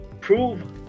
prove